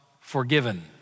forgiven